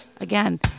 Again